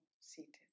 seated